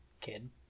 kid